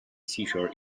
seashore